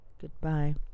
Goodbye